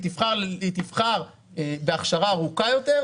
היא תבחר בהכשרה ארוכה יותר,